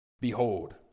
Behold